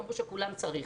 אמרו שכולם צריכים.